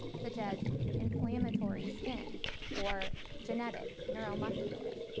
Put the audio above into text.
such as inflammatory skin or genetic neuromuscular.